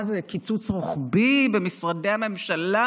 מה זה קיצוץ רוחבי במשרדי הממשלה?